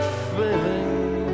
feeling